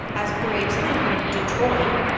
as cory explained, kind of detroit,